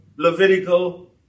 Levitical